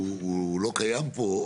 שהוא לא קיים פה,